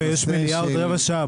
--- חבר'ה, יש מליאה עוד רבע שעה.